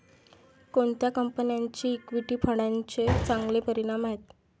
कोणत्या कंपन्यांचे इक्विटी फंडांचे चांगले परिणाम आहेत?